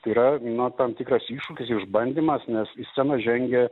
tai yra tam tikras iššūkis išbandymas nes į sceną žengia